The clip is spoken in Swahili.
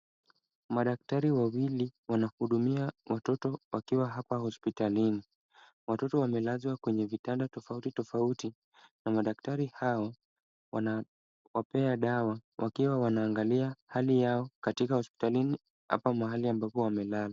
Madaktari wawili wanahudumia watoto wakiwa hapa hospitalini. Watoto wamelazwa kwenye vitanda tofauti tofauti na madaktari hao, wanawapea dawa wakiwa wanaangalia hali yao katika hospitalini, hapa mahali ambapo wamelala.